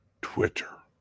Twitter